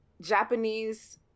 Japanese